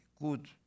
good